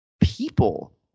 people